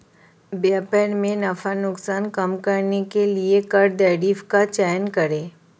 व्यापार में नफा नुकसान कम करने के लिए कर टैरिफ का चयन करे